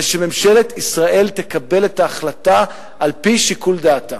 ושממשלת ישראל תקבל את ההחלטה על-פי שיקול דעתה.